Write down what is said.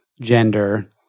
gender